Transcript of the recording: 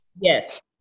Yes